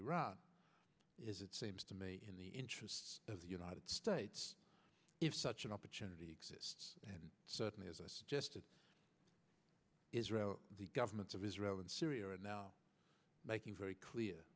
iran is it seems to me in the interests of the united states if such an opportunity exists and certainly as i suggested israel the governments of israel and syria are now making very clear